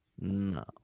No